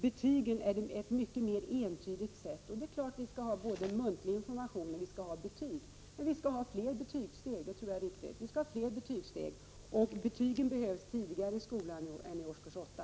Betygen är ett mycket mer entydigt sätt. Det är klart att vi skall ge både muntlig information och betyg, men jag tror det är riktigt att ha fler betygssteg, och betygen behövs tidigare i skolan än i årskurs 8.